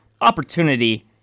opportunity